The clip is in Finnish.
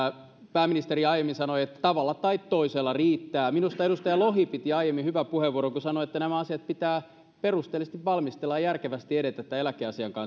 pääministeri aiemmin sanoi että tavalla tai toisella riittää minusta edustaja lohi piti aiemmin hyvä puheenvuoron kun sanoi että nämä asiat pitää perusteellisesti valmistella ja järkevästi edetä tämän eläkeasiankin